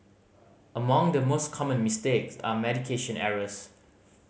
among the most common mistakes are medication errors